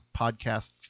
podcast